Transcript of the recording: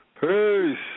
Peace